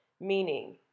meaning